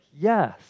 yes